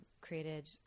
created